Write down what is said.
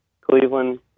Cleveland